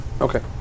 Okay